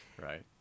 Right